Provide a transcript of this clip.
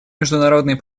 международный